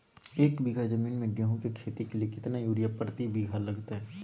एक बिघा जमीन में गेहूं के खेती के लिए कितना यूरिया प्रति बीघा लगतय?